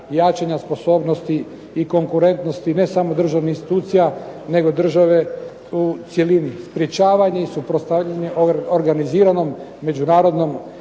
jačanja sposobnosti i konkurentnosti ne samo državnih institucija nego države u cjelini. Sprječavanje i suprotstavljanje organiziranom međunarodnom